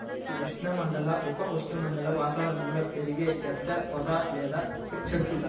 ఇది ఉష్ణమండల, ఉప ఉష్ణమండల వాతావరణంలో పెరిగే పెద్ద పొద లేదా చెట్టు